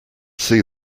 see